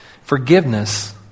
Forgiveness